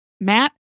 Matt